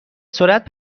سرعت